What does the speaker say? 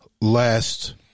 last